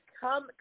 Come